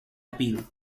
appeal